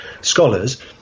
scholars